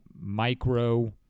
micro